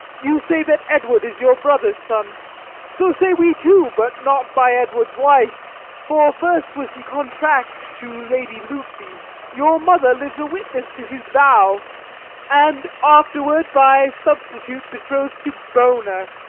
you say that edward is your brother's son so say we too, but not by edward's wife for first was he contract to lady lucy your mother lives a witness to his vow and afterward by substitute betroth'd to bona,